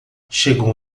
chegou